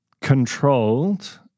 controlled –